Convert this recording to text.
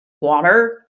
water